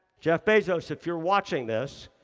jeff bezos, if you're watching this,